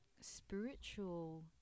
spiritual